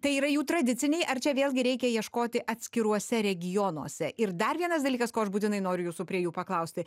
tai yra jų tradiciniai ar čia vėlgi reikia ieškoti atskiruose regionuose ir dar vienas dalykas ko aš būtinai noriu jūsų prie jų paklausti